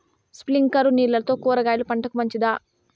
స్ప్రింక్లర్లు నీళ్లతో కూరగాయల పంటకు మంచిదా?